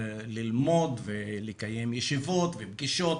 ללמוד ולקיים ישיבות ופגישות